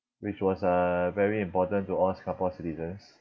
which was uh very important to all Singapore citizens